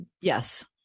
Yes